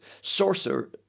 sorcerer